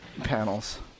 panels